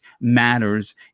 matters